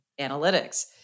analytics